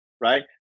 Right